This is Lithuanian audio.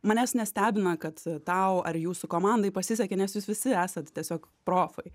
manęs nestebina kad tau ar jūsų komandai pasisekė nes jūs visi esat tiesiog profai